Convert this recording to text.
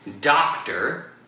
doctor